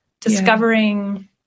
discovering